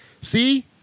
See